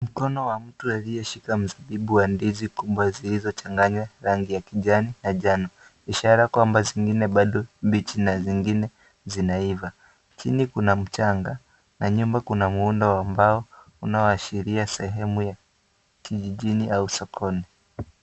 Mkono wa mtu aliyeshika mzabibu wa ndizi kubwa ambayo zilizo changanywa rangi ya kijani na njano, ishara kwamba zingine bado mbichi na zingine zinaiva, chini kuna mchanga na nyuma kuna muundo wa mbao unaoashiria sehemu ya kijijini au sokoni.